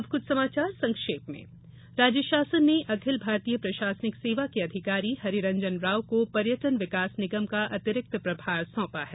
अब कुछ समाचार संक्षेप में राज्य शासन ने अखिल भारतीय प्रशासनिक सेवा के अधिकारी हरिरंजन राव को पर्यटन विकास निगम का अतिरिक्त प्रभार सौंपा है